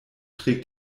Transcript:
trägt